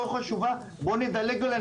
בואו נדלג אולי,